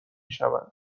شوند